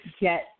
get